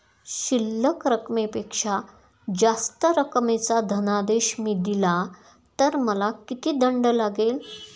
शिल्लक रकमेपेक्षा जास्त रकमेचा धनादेश मी दिला तर मला किती दंड लागेल?